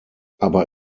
aber